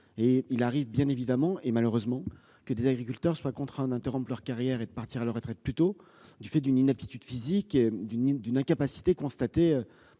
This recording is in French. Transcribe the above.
il arrive malheureusement que certains d'entre eux soient contraints d'interrompre leur carrière et de partir à la retraite plus tôt, du fait d'une inaptitude physique ou d'une incapacité constatée